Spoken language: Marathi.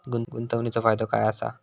गुंतवणीचो फायदो काय असा?